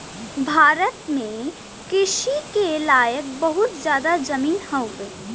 भारत में कृषि के लायक बहुत जादा जमीन हउवे